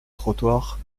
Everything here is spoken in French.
trottoir